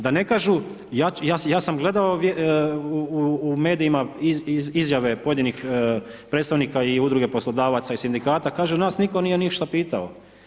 Da ne kažu, ja sam gledao u medijima, izjave pojedinih predstavnika i udruge poslodavaca i sindikata, kažu nas nije nitko ništa pitao.